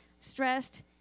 stressed